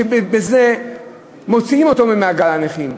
שבזה מוציאים אותו ממעגל הנכים,